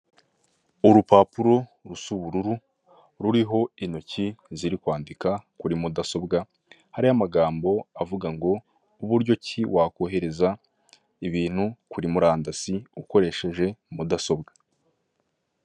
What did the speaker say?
Urupapuro rusa ubururu ruriho intoki ziri kwandika kuri mudasobwa, hariho amagambo avuga ngo uburyo ki wakohereza ibintu kuri murandasi, ukoresheje mudasobwa.